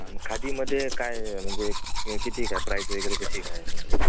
हां मग खादीमध्ये काय आहे म्हणजे किती काय प्राईस वगैरे कशी काय आहे त्यांची